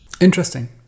Interesting